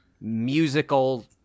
musical